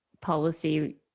policy